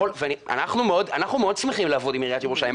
אנחנו מאוד שמחים לעבוד עם עיריית ירושלים.